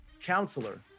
counselor